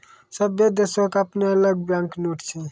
सभ्भे देशो के अपनो अलग बैंक नोट छै